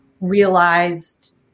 realized